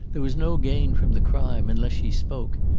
there was no gain from the crime unless she spoke.